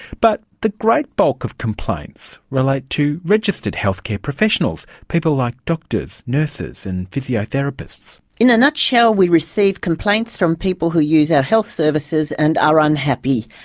but the great bulk of complaints relate to registered healthcare professionals people like doctors, nurses and physiotherapists. in a nutshell, we receive complaints from people who use our health services and are unhappy.